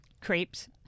Crepes